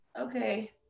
okay